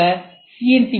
ஐ போல சி